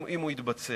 אם הוא יתבצע.